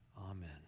Amen